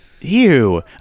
Ew